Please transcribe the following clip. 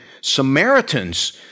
Samaritans